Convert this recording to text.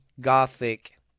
gothic